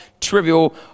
trivial